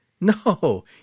No